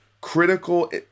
critical